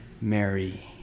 Mary